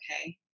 okay